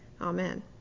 Amen